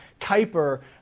Kuiper